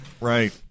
Right